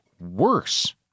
worse